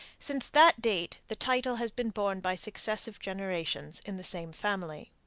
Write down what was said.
since that date the title has been borne by successive generations in the same family.